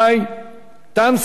הישיבה הבאה תתקיים מחר,